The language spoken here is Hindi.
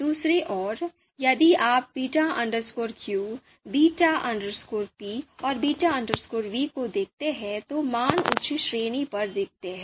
दूसरी ओर यदि आप beta q beta p और beta v को देखते हैं तो मान उच्च श्रेणी पर दिखते हैं